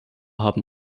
haben